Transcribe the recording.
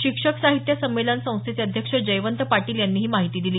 शिक्षक साहित्य संमेलन संस्थेचे अध्यक्ष जयवंत पाटील यांनी ही माहिती दिली